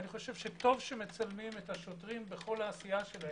טוב שמצלמים את השוטרים בכל העשייה שלהם,